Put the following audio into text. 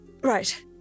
right